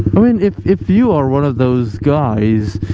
i mean if if you are one of those guys